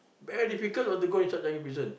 very difficult you know to go inside Changi Prison